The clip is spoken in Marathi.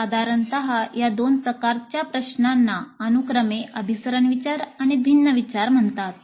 साधारणत या दोन प्रकारच्या प्रश्नांना अनुक्रमे अभिसरण विचार आणि भिन्न विचार म्हणतात